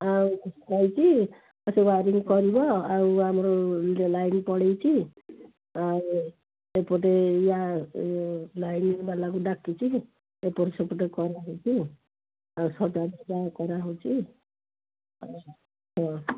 ଆଉ କହିଛି ସେ ୱାରିଂ କରିବ ଆଉ ଆମର ଲାଇନ୍ ପଳେଇଛି ଆଉ ଏପଟେ ଇଏ ଲାଇନ୍ ବାଲାକୁ ଡାକିଛି ଏପଟେ ସେପଟେ କରାହଉଛି ଆଉ ସଜା କରାହଉଛି ହଁ